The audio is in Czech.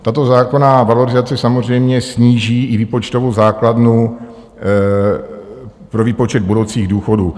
Tato zákonná valorizace samozřejmě sníží i výpočtovou základnu pro výpočet budoucích důchodů.